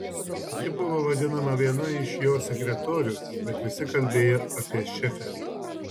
ji buvo vadinama viena iš jo sekretorių bet visi kalbėjo apie šefę